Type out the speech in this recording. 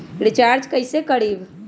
Recharge कैसे करीब?